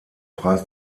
preis